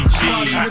Cheese